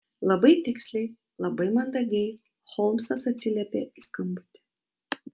labai tiksliai labai mandagiai holmsas atsiliepė į skambutį